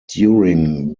during